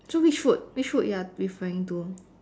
so which food which food you are referring to